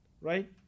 right